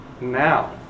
now